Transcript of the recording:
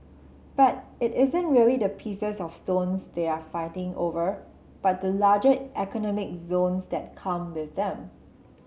but it isn't really the pieces of stones they're fighting over but the larger economic zones that come with them